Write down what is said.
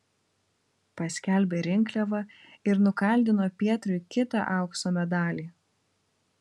paskelbė rinkliavą ir nukaldino pietriui kitą aukso medalį